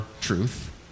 truth